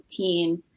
2015